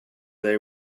they